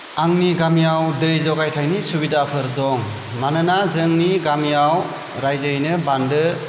आंनि गामियाव दै जगायथायनि सुबिदाफोर दं मानोना जोंनि गामियाव राइजौयैनो बान्दो